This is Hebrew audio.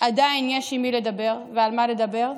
עדיין יש עם מי לדבר ועל מה לדבר,